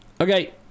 Okay